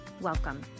Welcome